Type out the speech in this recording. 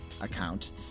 account